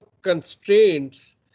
constraints